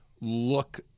look